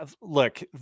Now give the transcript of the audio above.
Look